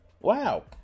Wow